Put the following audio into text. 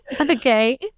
Okay